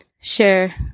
share